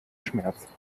schmerz